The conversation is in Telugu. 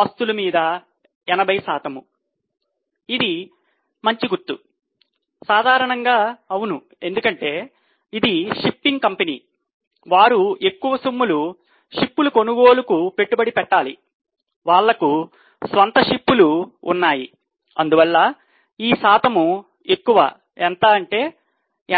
ఆస్తులు మీద 80 ఇది మంచి గుర్తు సాధారణంగా అవును ఎందుకంటే ఇది షిప్పింగ్ కంపెనీ వారు ఎక్కువ సొమ్ములు షిప్ లు కొనుగోలుకు పెట్టుబడి పెట్టాలి వాళ్లకు స్వంత షిప్ లు ఉన్నాయి అందువల్ల ఈ శాతం ఎక్కువ ఎంత అంటే 80